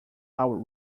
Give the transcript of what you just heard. our